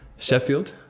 Sheffield